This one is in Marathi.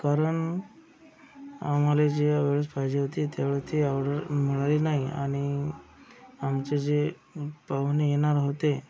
कारण आम्हाला ज्या वेळेस पाहिजे होती त्या वेळेस ती ऑर्डर मिळाली नाही आणि आमचे जे पाहुणे येणार होते